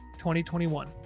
2021